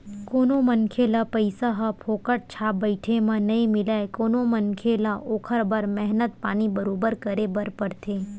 कोनो मनखे ल पइसा ह फोकट छाप बइठे म नइ मिलय कोनो मनखे ल ओखर बर मेहनत पानी बरोबर करे बर परथे